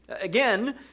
Again